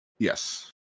yes